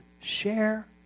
Share